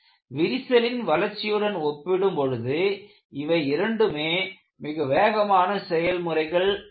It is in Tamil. விரிசலின் வளர்ச்சியுடன் ஒப்பிடும் பொழுது இவை இரண்டுமே மிக வேகமான செயல்முறைகள் ஆகும்